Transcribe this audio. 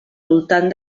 voltant